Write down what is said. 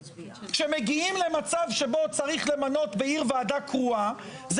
כשמגיעים למצב שבו צריך למנות בעיר ועדה קרואה זה